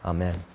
Amen